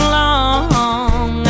long